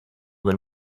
than